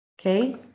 Okay